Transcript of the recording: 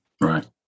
right